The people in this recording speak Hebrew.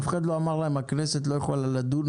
אף אחד לא אמר להם שהכנסת לא יכולה לדון